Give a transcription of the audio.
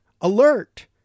Alert